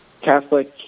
Catholic